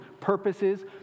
purposes